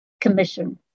Commission